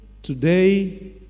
Today